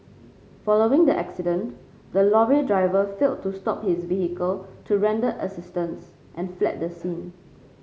following the accident the lorry driver failed to stop his vehicle to render assistance and fled the scene